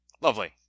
Lovely